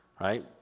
right